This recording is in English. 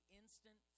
instant